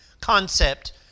concept